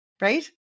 Right